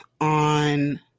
on